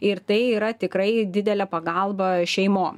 ir tai yra tikrai didelė pagalba šeimom